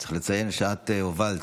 צריך לציין שאת הובלת,